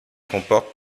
comportent